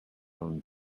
own